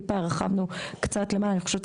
טיפה הרחבנו קצת למעלה אני חושבת,